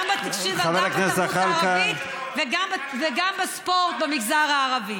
גם בתקציב של התרבות הערבית וגם בספורט במגזר הערבי.